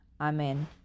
Amen